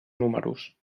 números